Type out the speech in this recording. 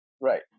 Right